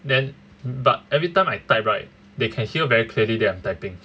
then but every time I type right they can hear very clearly that I'm typing